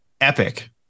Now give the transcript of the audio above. Epic